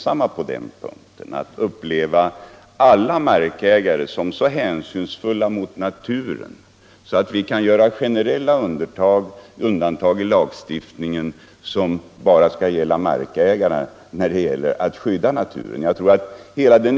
Jag tror att moderaterna är ensamma om att uppleva att alla markägare är så hänsynsfulla mot naturen att vi kunde göra generella undantag i lagstiftningen för markägarna när det gäller att skydda naturen.